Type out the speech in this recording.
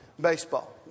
baseball